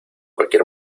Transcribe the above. cualquier